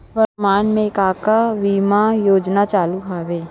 वर्तमान में का का बीमा योजना चालू हवये